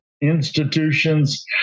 institutions